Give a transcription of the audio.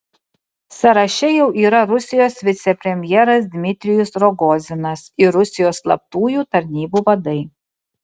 sąraše jau yra rusijos vicepremjeras dmitrijus rogozinas ir rusijos slaptųjų tarnybų vadai